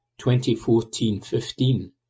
2014-15